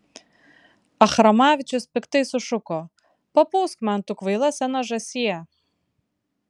achramavičius piktai sušuko papūsk man tu kvaila sena žąsie